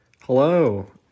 hello